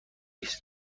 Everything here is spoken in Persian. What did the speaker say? است